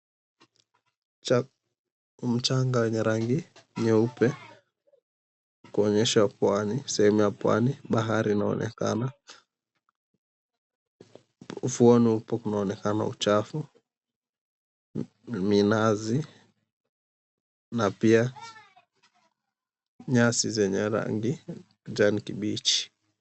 Mchanga wenye rangi nyeupe kuonyesha kuwa ni sehemu ya Pwani. Bahari inaonekana ufuoni upo unaonekana uchafu, minazi na pia nyasi zenye rangi ya kijani kibichi.